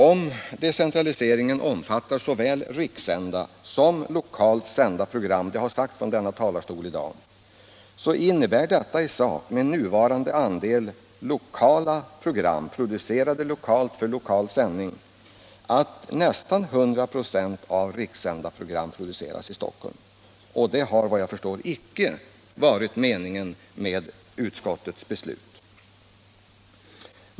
Om decentraliseringen omfattar såväl rikssända som lokalt sända program — det har sagts från denna talarstol i dag — betyder detta i sak med nuvarande andel lokala program, producerade lokalt för lokal sändning, att nästan 100 96 av de rikssända programmen produceras i Stockholm, och det har, såvitt jag förstår, icke varit utskottets avsikt.